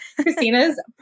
Christina's